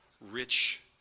rich